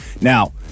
Now